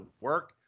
work